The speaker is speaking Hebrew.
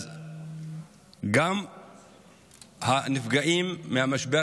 אז גם הנפגעים מהמשבר